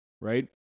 right